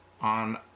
on